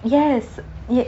yes yes